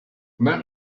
let